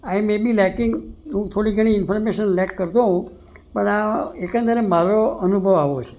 I may be lacking હું થોડી ઘણી ઇન્ફોર્મેશન લેક કરતો હોઉં પણ આ એકંદરે મારો અનુભવ આવો છે